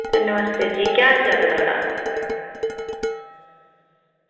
नमस्ते जी केह् हाल चाल ऐ थुआढ़ा